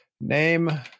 Name